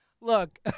Look